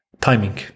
timing